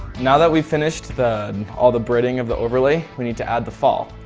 now that we finished the all the braiding of the overlay we need to add the fall.